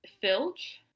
Filch